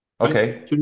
okay